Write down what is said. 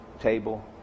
table